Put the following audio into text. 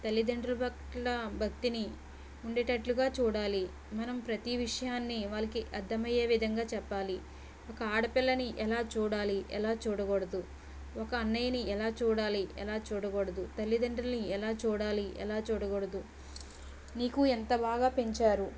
తల్లితండ్రుల పట్ల భక్తిని ఉండేటట్లుగా చూడాలి మనం ప్రతీ విషయాన్ని వాళ్ళకి అర్దమయ్యే విధంగా చెప్పాలి ఒక ఆడపిల్లని ఎలా చూడాలి ఎలా చూడకూడదు ఒక అన్నయని ఎలా చూడాలి ఎలా చూడకూడదు తల్లితండ్రుల్ని ఎలా చూడాలి ఎలా చూడకూడదు నీకు ఎంత బాగా పెంచారు